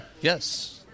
Yes